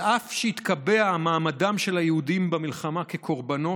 אף שהתקבע מעמדם של היהודים במלחמה כקורבנות,